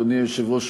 אדוני היושב-ראש,